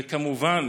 וכמובן